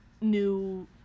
new